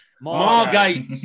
Margate